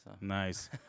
Nice